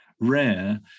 rare